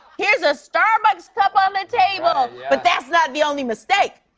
here's a starbucks cup on the table. but that's not the only mistake.